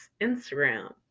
Instagram